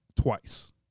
twice